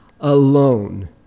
alone